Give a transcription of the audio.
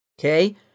Okay